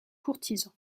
courtisan